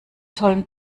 tollen